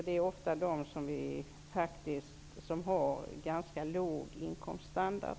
De har ofta en ganska låg inkomststandard.